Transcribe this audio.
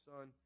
Son